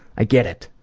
i get it.